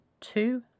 two